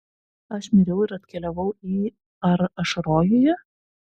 aš miriau ir atkeliavau į ar aš rojuje